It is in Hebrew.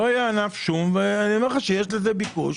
לא יהיה ענף שום, ואני אומר לך שיש לזה ביקוש.